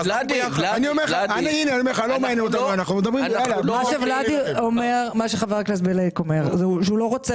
חבר הכנסת בליאק אומר שהוא לא רוצה